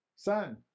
Son